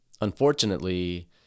unfortunately